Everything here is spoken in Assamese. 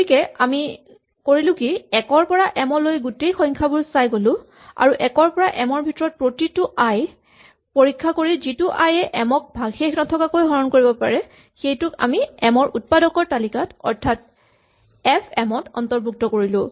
গতিকে আমি কৰিলো কি ১ ৰ পৰা এম লৈ গোটেই সংখ্যাবোৰ চাই গ'লো আৰু ১ ৰ পৰা এম ৰ ভিতৰৰ প্ৰতিটো আই পৰীক্ষা কৰি যিটো আই এ এম ক ভাগশেষ নথকাকৈ হৰণ কৰিব পাৰে সেইটোক আমি এম ৰ উৎপাদকৰ তালিকাত অৰ্থাৎ এফ এম ত অৰ্ন্তভুক্ত কৰিলো